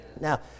Now